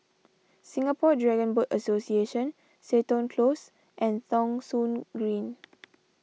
Singapore Dragon Boat Association Seton Close and Thong Soon Green